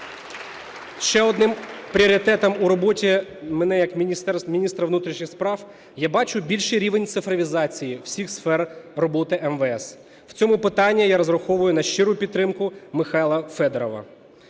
Ще одним пріоритетом у роботі мене як міністра внутрішніх справ я бачу більший рівень цифровізації всіх сфер роботи МВС. В цьому питанні я розраховую я щиру підтримку Михайла Федорова.